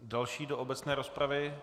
Další do obecné rozpravy?